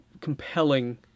compelling